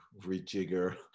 rejigger